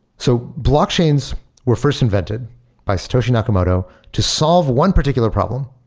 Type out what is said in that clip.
so blockchains were first invented by satoshi nakamoto to solve one particular problem,